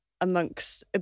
amongst